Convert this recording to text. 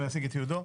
לא ישיג את ייעודו.